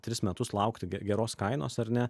tris metus laukti ge geros kainos ar ne